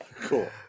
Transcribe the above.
Cool